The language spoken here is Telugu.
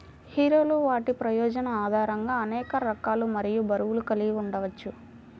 హీరోలు వాటి ప్రయోజనం ఆధారంగా అనేక రకాలు మరియు బరువులు కలిగి ఉండవచ్చు